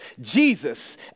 Jesus